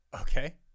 Okay